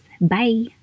Bye